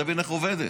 תבין איך היא עובדת.